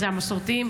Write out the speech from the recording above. המסורתיים,